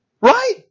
right